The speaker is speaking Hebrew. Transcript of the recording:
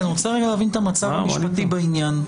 אני רוצה להבין את המצב המשפטי בעניין.